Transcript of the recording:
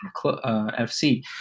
FC